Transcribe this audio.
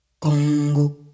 Kongo